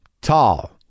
tall